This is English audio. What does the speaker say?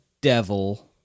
devil